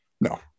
No